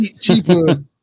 cheaper